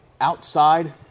outside